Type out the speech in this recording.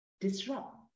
disrupt